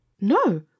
No